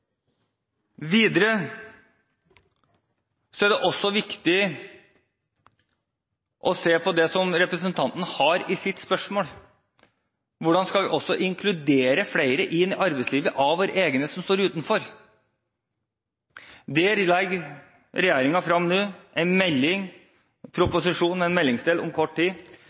Videre er det også viktig å se på det som representanten spør om: Hvordan skal vi inkludere i arbeidslivet flere av våre egne som står utenfor? Regjeringen legger om kort tid frem en melding der vi vil komme med en